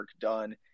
done